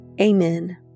Amen